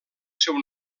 seu